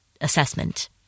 assessment